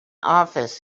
office